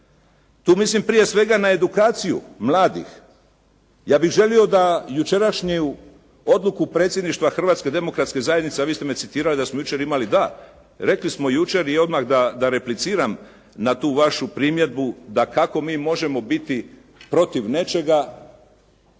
tu mislim prije svega na edukaciju mladih. Ja bih želio da jučerašnju odluku predsjedništva Hrvatske demokratske zajednice, a vi ste me citirali da smo jučer imali, da, rekli smo jučer i odmah da repliciram na tu vašu primjedbu, dakako mi možemo biti protiv nečega